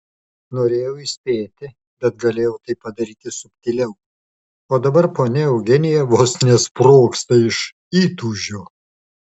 norėjau įspėti bet galėjau tai padaryti subtiliau o dabar ponia eugenija vos nesprogsta iš įtūžio